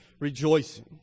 rejoicing